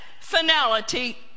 finality